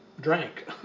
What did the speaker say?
drank